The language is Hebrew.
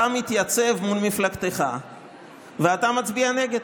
אתה מתייצב מול מפלגתך ואתה מצביע נגד,